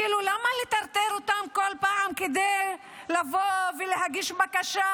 כאילו למה לטרטר אותם כל פעם כדי לבוא ולהגיש בקשה,